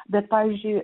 bet pavyzdžiui